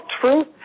truth